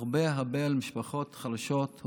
הרבה הרבה למשפחות חלשות,